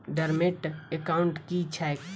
Dormant account की छैक?